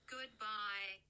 Goodbye